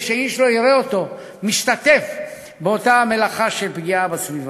שאיש לא יראה אותו משתתף באותה מלאכה של פגיעה בסביבה.